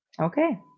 Okay